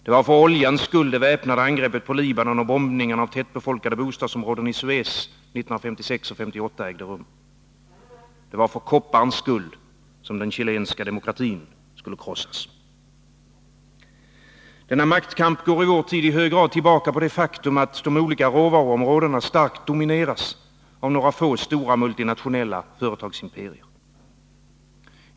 Det var för oljans skull det väpnade angreppet mot Libanon och bombningarna av tättbefolkade bostadsområden i Suez 1956 och 1958 ägde rum. Det var för kopparns skull den chilenska demokratin skulle krossas. Denna maktkamp går i vår tid i hög grad tillbaka på det faktum, att de olika råvaruområdena starkt domineras av några få stora multinationella företagsimperier.